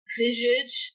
visage